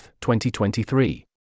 2023